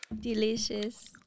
Delicious